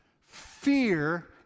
fear